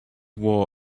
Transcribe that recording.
war